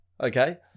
okay